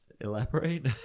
Elaborate